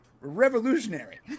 revolutionary